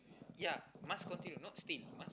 ya must continue not still must